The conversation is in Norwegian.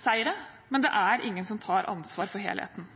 seire, men det er ingen som tar ansvar for helheten.